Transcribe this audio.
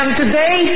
today